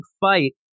fight